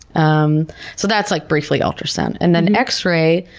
um so that's like, briefly, ultrasound. and then x-ray,